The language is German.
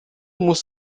muss